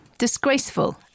Disgraceful